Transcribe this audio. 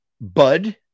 bud